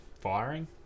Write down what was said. firing